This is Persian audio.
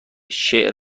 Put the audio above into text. شعر